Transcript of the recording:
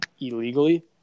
illegally